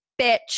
bitch